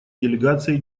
делегацией